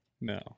No